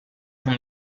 non